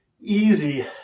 easy